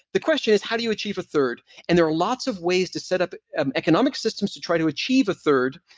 the question is, how do you achieve a third? and there are lots of ways to set up economic systems to try to achieve a third,